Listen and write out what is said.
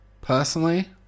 Personally